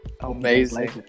amazing